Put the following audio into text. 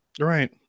Right